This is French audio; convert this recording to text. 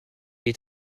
est